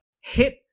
hit